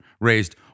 raised